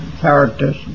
characters